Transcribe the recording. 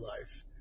life